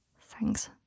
Thanks